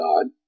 God